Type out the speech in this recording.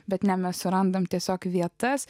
bet ne mes surandame tiesiog vietas